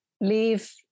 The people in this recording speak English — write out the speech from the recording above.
leave